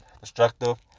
destructive